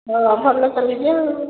ହଁ ଭଲ ଚାଲିିଛି ଆଉ